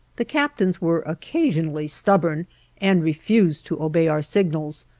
the captains were occasionally stubborn and refused to obey our signals,